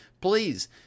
Please